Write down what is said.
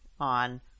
on